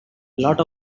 lot